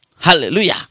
hallelujah